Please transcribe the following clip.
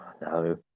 No